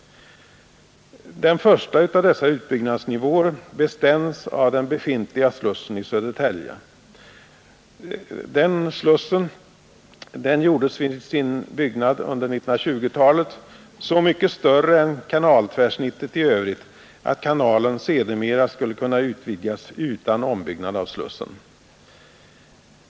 Den första av dessa utbyggnadsnivåer bestäms av den befintliga slussen i Södertälje. Den slussen gjordes vid sin byggnad på 1920-talet så mycket större än kanaltvärsnittet i övrigt att kanalen sedermera skulle kunna utvidgas utan ombyggnad av slussen.